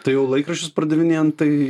tai jau laikraščius pardavinėjant tai